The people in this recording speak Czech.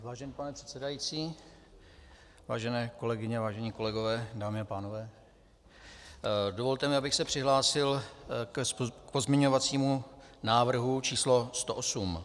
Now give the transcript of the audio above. Vážený pane předsedající, vážené kolegyně, vážení kolegové, dámy a pánové, dovolte mi, abych se přihlásil k pozměňovacímu návrhu číslo 108.